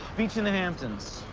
beach in the hamptons.